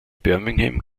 birmingham